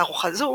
תערוכה זו